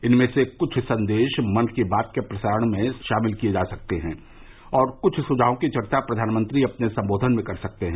इनमें से कुछ संदेश मन की बात के प्रसारण में शामिल किए जा सकते हैं और कुछ सुझावों की चर्चा प्रधानमंत्री अपने संबोधन में कर सकते हैं